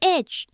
Edge